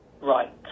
right